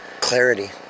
clarity